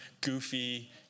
goofy